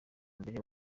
mbere